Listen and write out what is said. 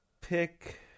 pick